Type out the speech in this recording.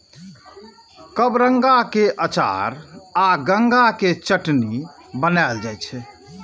कबरंगा के अचार आ गंगा के चटनी बनाएल जाइ छै